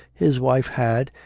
his wife had,